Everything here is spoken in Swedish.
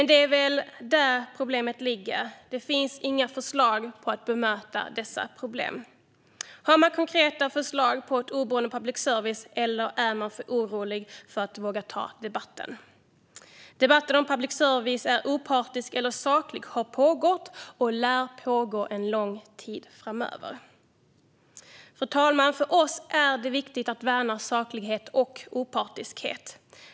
Det är väl där problemet ligger: Det finns inga förslag för att bemöta dessa problem. Har man konkreta förslag på ett oberoende public service, eller är man för orolig för att våga ta debatten? Debatten om huruvida public service är opartisk eller saklig har pågått och lär pågå en lång tid framöver. Fru talman! För oss är det viktigt att värna saklighet och opartiskhet.